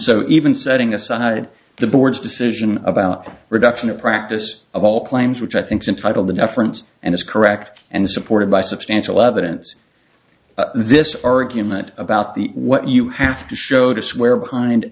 so even setting aside the board's decision about reduction of practice of all claims which i think entitled the deference and is correct and supported by substantial evidence this argument about the what you have to show to swear behind